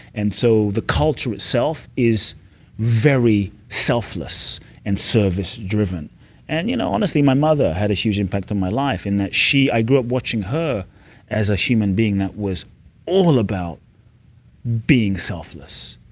and so the culture itself is very self-less and service-driven. and you know honestly, my mother had a huge impact on my life in that i grew up watching her as a human being that was all about being self-less.